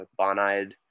Bonide